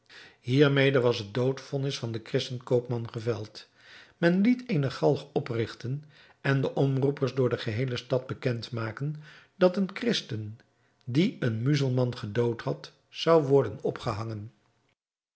hiermede was het doodvonnis van den christen koopman geveld men liet eene galg oprigten en de omroepers door de geheele stad bekend maken dat een christen die een muzelman gedood had zou worden opgehangen